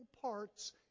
parts